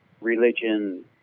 religion